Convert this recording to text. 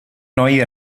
neue